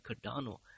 cardano